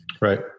Right